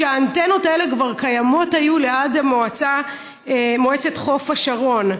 שהאנטנות האלה כבר היו קיימות ליד מועצת חוף השרון.